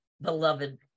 beloved